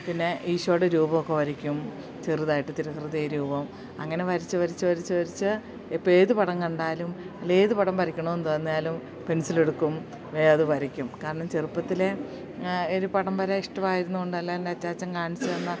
പിന്നെ ഈ ഈശോയുടെ രൂപമൊക്കെ വരക്കും ചെറുതായിട്ട് തിരുഹൃദയരൂപം അങ്ങനെ വരച്ച് വരച്ച് വരച്ച് വരച്ച് ഇപ്പം ഏതു പടം കണ്ടാലും അല്ല ഏതു പടം വരക്കണമെന്നു തോന്നിയാലും പെൻസിലെടുക്കും വേഗം അതു വരയ്ക്കും കാരണം ചെറുപ്പത്തിലേ ഒരു പടം വര ഇഷ്ടമായിരുന്നതു കൊണ്ടല്ലാ എൻ്റെ അച്ഛാച്ഛൻ കാണിച്ചു തന്ന